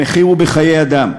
המחיר הוא בחיי אדם,